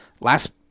last